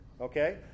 Okay